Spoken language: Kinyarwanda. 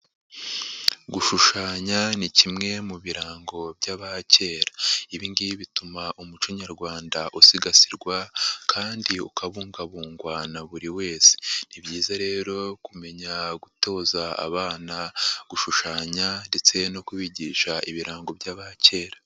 Gushushanya ni kimwe mu birango by'abakera, ibi ngibi bituma umuco nyarwanda usigasirwa kandi ukabungabung na buri wese, ni byiza rero kumenya gutoza abana gushushanya ndetse no kubigisha ibirango by'abakera.